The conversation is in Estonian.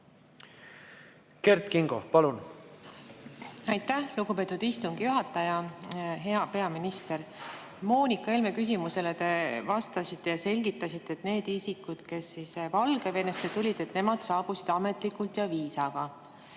Kert Kingo, palun! Aitäh, lugupeetud istungi juhataja! Hea peaminister! Moonika Helme küsimusele te vastasite ja selgitasite, et need isikud, kes Valgevenesse tulid, saabusid sinna ametlikult ja viisaga